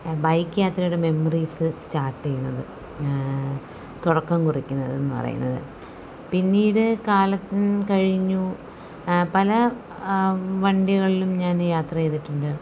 bike യാത്രയുടെ memories start ചെയ്യുന്നത് തുടക്കം കുറിക്കുന്നതെന്നു പറയുന്നത് പിന്നീട് കാലം കഴിഞ്ഞു പല വണ്ടികളിലും ഞാൻ യാത്ര ചെയ്തിട്ടുണ്ട്